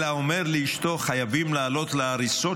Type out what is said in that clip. אלא אומר לאשתו: חייבים לעלות להריסות